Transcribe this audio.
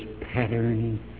pattern